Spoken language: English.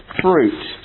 fruit